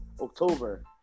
October